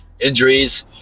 Injuries